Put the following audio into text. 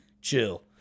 chill